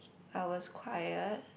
I was quiet